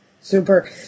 Super